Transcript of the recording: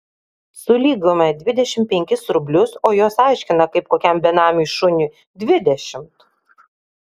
sulygome dvidešimt penkis rublius o jos aiškina kaip kokiam benamiui šuniui dvidešimt